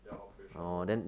ya operation lor